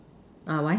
ah why